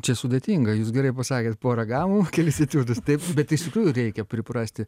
čia sudėtinga jūs gerai pasakėt porą gamų kelis etiudus taip bet iš tikrųjų reikia priprasti